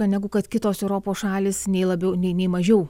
negu kad kitos europos šalys nei labiau nei nei mažiau